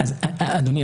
אדוני,